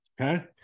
Okay